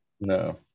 No